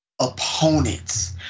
opponents